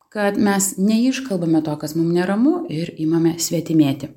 kad mes neiškalbame to kas mum neramu ir imame svetimėti